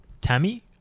Tammy